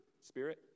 spirit